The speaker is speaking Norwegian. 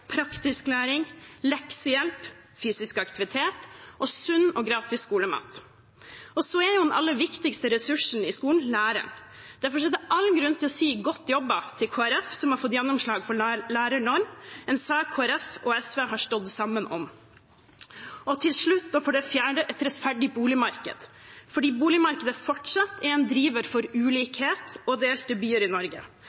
praktisk læring, leksehjelp, fysisk aktivitet og sunn og gratis skolemat. Så er den aller viktigste ressursen i skolen læreren. Derfor er det all grunn til å si godt jobbet til Kristelig Folkeparti, som har fått gjennomslag for lærernorm, en sak Kristelig Folkeparti og SV har stått sammen om. Og til slutt: et rettferdig boligmarked, fordi boligmarkedet fortsatt er en driver for